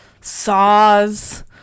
saws